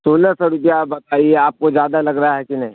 سولہ سو روپیہ آپ بتائیے آپ کو زیادہ لگ رہا ہے کہ نہیں